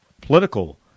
political